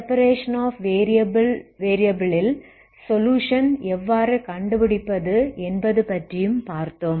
separation of variable method ல் solution எவ்வாறு கண்டுபிடிப்பது என்பது பற்றியும் பார்த்தோம்